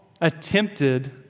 attempted